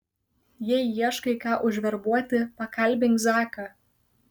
jei ieškai ką užverbuoti pakalbink zaką